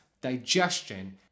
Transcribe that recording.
digestion